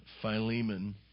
Philemon